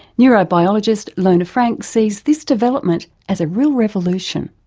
neurobiologist lone frank sees this development as a real revolution.